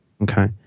Okay